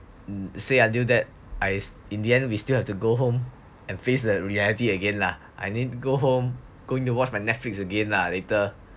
say until that I in the end we still have to go home and face the reality again lah I need go home going to watch my Netflix again lah later